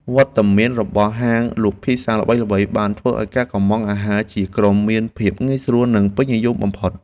វត្តមានរបស់ហាងលក់ភីហ្សាល្បីៗបានធ្វើឱ្យការកម្ម៉ង់អាហារជាក្រុមមានភាពងាយស្រួលនិងពេញនិយមបំផុត។